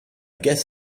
guess